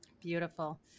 Beautiful